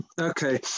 okay